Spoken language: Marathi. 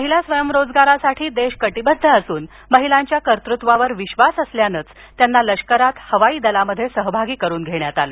महिला स्वयंरोजगारासाठी देश कटिबद्ध असून महिलांच्या कर्तृत्वावर विश्वास असल्यानेच त्यांना लष्करात हवाई दलात सहभागी करून घेण्यात आलं